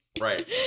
Right